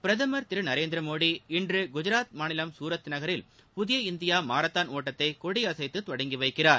பிரதமர் திரு நரேந்திர மோடி இன்று குஜாத் மாநிலம் சூரத் நகரில் புதிய இந்தியா மாரத்தான் ஒட்டத்தை கொடியசைத்து தொடங்கிவைக்கிறார்